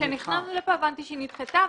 וכשנכנסנו לכאן הבנתי שהיא נדחתה.